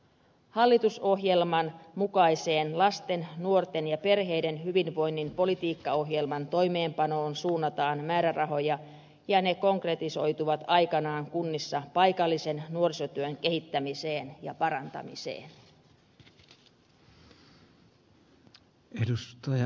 hallitusohjelman mukaisen lasten nuorten ja perheiden hyvinvoinnin politiikkaohjelman toimeenpanoon suunnataan määrärahoja ja ne konkretisoituvat aikanaan kunnissa paikallisen nuorisotyön kehittämiseen ja parantamiseen